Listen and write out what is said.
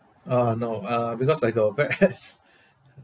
uh no uh because I got bad experience